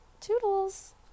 toodles